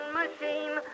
machine